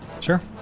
Sure